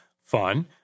Fun